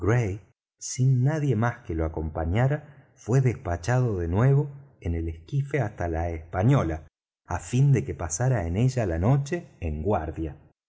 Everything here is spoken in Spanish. sin nadie más que lo acompañara fué despachado de nuevo en el esquife hasta la española á fin de que pasara en ella la noche en guardia